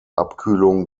abkühlung